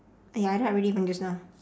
ya I rub already from just now